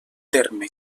terme